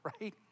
right